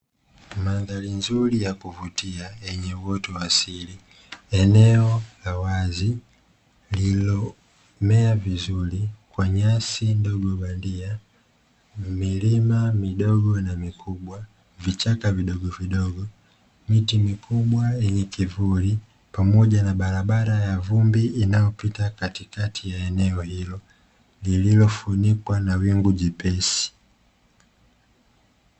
Mandhari nzuri ya kuvutia yenye uoto wa asili, eneo la wazi lililomea vizuri kwa nyasi ndogo bandia, milima midogo na mikubwa, vichaka vidogo vidogo, miti mikubwa yenye kivuli pamoja na barabara ya vumbi inayopita katikati ya eneo hilo, lililofunikwa na wingu jepesi.